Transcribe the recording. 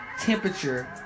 temperature